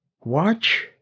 watch